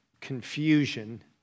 confusion